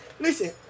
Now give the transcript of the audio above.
Listen